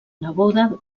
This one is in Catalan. neboda